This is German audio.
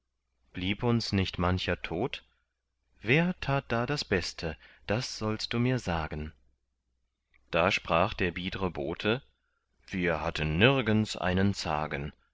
blieb uns nicht mancher tot wer tat da das beste das sollst du mir sagen da sprach der biedre bote wir hatten nirgends einen zagen